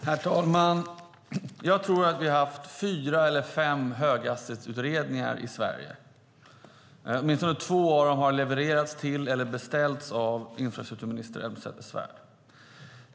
Herr talman! Jag tror att vi har haft fyra eller fem höghastighetsutredningar i Sverige. Åtminstone två dem har levererats till eller beställts av infrastrukturminister Elmsäter-Svärd.